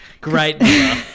great